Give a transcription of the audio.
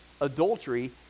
adultery